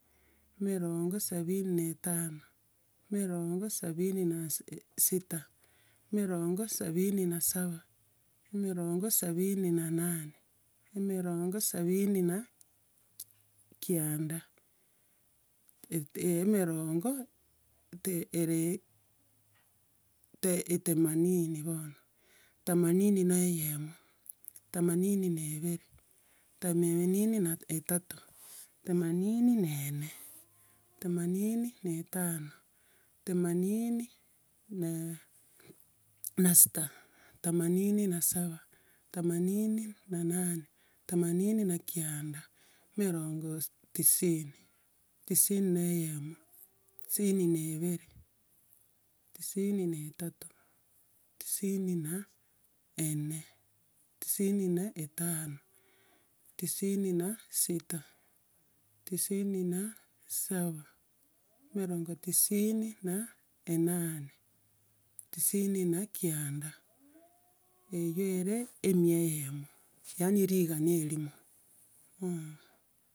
Emerongo sabini na etano, emerongo sabini na si- e- sita, emerongo sabini na saba, emerongo sabini na nane, emerongo sabini na kianda, et- emerongo, te- ere ete- themanini bono, themanini na eyemo, themanini na ibere, themanini na etato, themanini na ene themanini na etano, themanini na na sita, themanini na saba, themanini na nane, themanini na kianda, emerongo gose tisini, tisini na eyemo tisini na ibere, tisini na etato, tisini na ene, tisini na etano, tisini na sita, tisini na saba, emerongo tisini na enane, tisini na kianda eyio ere emia eyemo, yaani rigana erimo, mh.